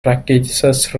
practices